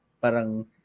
Parang